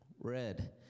red